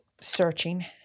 searching